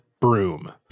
broom